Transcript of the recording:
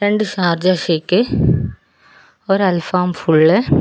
രണ്ട് Sharjah shake ഒരൽഫാം full